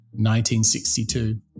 1962